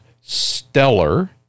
stellar